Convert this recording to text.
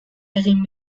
egin